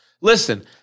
Listen